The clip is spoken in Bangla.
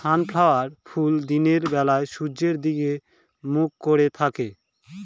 সানফ্ল্যাওয়ার ফুল দিনের বেলা সূর্যের দিকে মুখ করে থাকে